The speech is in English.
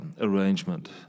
arrangement